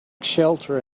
shelter